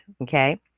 okay